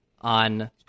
on